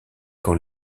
quand